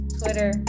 twitter